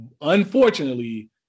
unfortunately